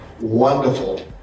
wonderful